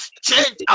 change